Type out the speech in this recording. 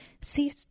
see